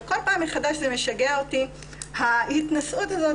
וכל פעם מחדש זה משגע אותי ההתנשאות הזאת